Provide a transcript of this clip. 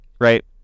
right